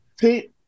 See